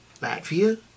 Latvia